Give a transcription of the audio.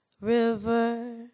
river